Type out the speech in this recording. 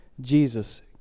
Jesus